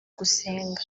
gusenga